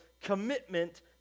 commitment